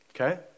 Okay